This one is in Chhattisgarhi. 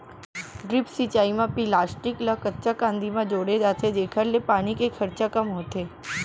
ड्रिप सिंचई म पिलास्टिक ल कच्चा कांदी म जोड़े जाथे जेकर ले पानी के खरचा कम होथे